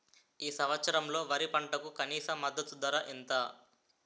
ఈ సంవత్సరంలో వరి పంటకు కనీస మద్దతు ధర ఎంత?